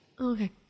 Okay